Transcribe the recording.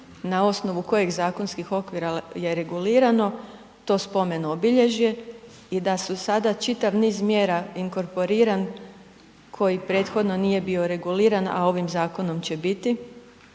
na osnovu kojih zakonskih okvira je regulirano to spomen obilježje i da su sada čitav niz mjera inkorporiran koji prethodno nije bio reguliran, a ovim zakonom će biti.